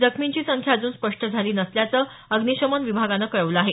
जखमींची संख्या अजून स्पष्ट झाली नसल्याचं अग्निशमन विभागानं कळवलं आहे